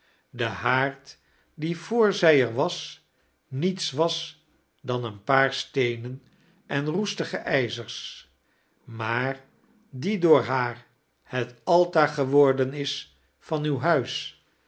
den haard die voor zij er was niets was dan een paar steenen en roestige ijzers maar die door haar het altaar geworden is van uw huis